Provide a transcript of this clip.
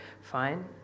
fine